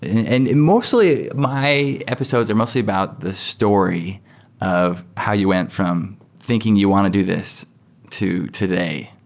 and mostly, my episodes are mostly about the story of how you went from thinking you want to do this to today.